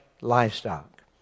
livestock